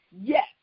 Yes